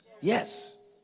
Yes